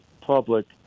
public